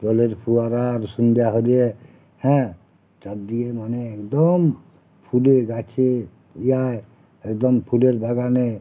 জলের ফোয়ারার সন্ধ্যা হলে হ্যাঁ চার দিকে মানে একদম ফুলে গাছে ইয়ায় একদম ফুলের বাগানে